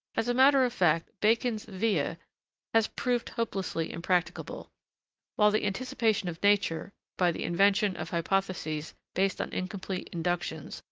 as a matter of fact, bacon's via has proved hopelessly impracticable while the anticipation of nature by the invention of hypotheses based on incomplete inductions,